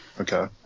Okay